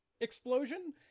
explosion